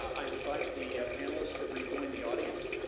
i would invite the panelists to rejoin the audience,